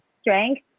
strength